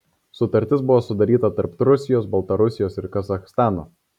sutartis buvo sudaryta tarp rusijos baltarusijos ir kazachstano